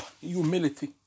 humility